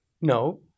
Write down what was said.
no